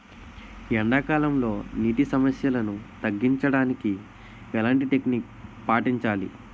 ఎండా కాలంలో, నీటి సమస్యలను తగ్గించడానికి ఎలాంటి టెక్నిక్ పాటించాలి?